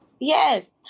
Yes